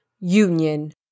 Union